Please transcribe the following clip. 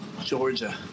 Georgia